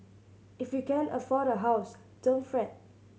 if you can't afford a house don't fret